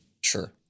Sure